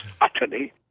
utterly